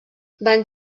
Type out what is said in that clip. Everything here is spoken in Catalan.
van